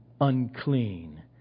unclean